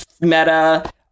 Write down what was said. Meta